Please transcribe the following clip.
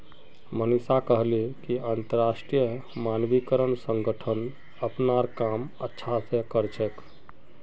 मनीषा कहले कि अंतरराष्ट्रीय मानकीकरण संगठन अपनार काम अच्छा स कर छेक